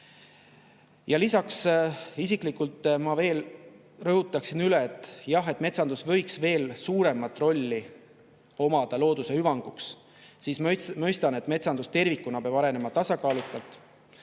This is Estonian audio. jooksul. Lisaks, isiklikult rõhutaksin üle, et jah, metsandus võiks veel suuremat rolli omada looduse hüvanguks, siiski mõistan, et metsandus tervikuna peab arenema tasakaalukalt.